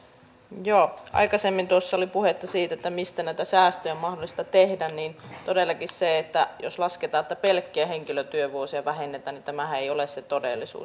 kun aikaisemmin tuossa oli puhetta siitä mistä näitä säästöjä on mahdollista tehdä niin todellakin sehän että pelkkiä henkilötyövuosia vähennetään ei ole se todellisuus